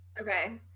Okay